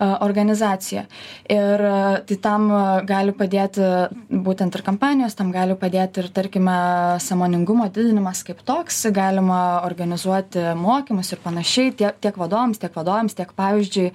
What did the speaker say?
organizacijoje ir tai tam gali padėti būtent ir kampanijos tam gali padėti ir tarkime sąmoningumo didinimas kaip toks galima organizuoti mokymus ir panašiai tiek vadovams tiek vadovėms tiek pavyzdžiui